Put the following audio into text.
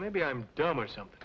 maybe i'm dumb or something